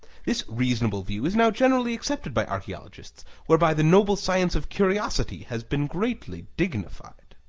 this reasonable view is now generally accepted by archaeologists, whereby the noble science of curiosity has been greatly dignified.